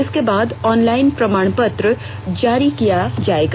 इसके बाद ऑनलाइन प्रमाण पत्र जारी किया जाएगा